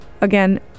again